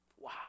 Wow